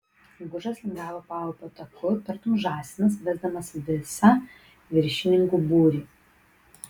gužas lingavo paupio taku tartum žąsinas vesdamas visą viršininkų būrį